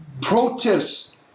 protests